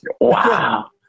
Wow